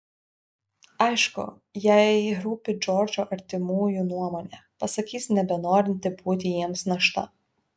aišku jai rūpi džordžo artimųjų nuomonė pasakys nebenorinti būti jiems našta